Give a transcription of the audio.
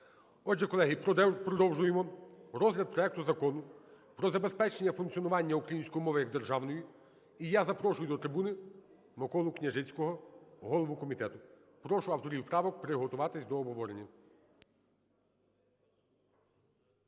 Отже, колеги, продовжуємо розгляд проекту Закону про забезпечення функціонування української мови як державної. І я запрошую до трибуни Миколу Княжицького, голову комітету. Прошу авторів правок приготуватись до обговорення.